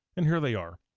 and here they are,